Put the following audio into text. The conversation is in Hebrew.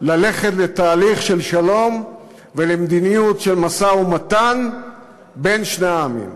ללכת לתהליך של שלום ולמדיניות של משא-ומתן בין שני העמים.